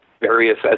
various